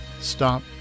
Stop